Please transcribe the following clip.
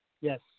Yes